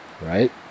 right